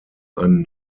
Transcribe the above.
ein